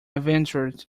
ventured